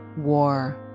war